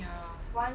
ya